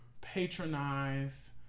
patronize